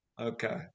Okay